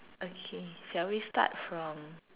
okay shall we start from